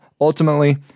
ultimately